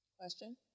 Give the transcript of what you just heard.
Question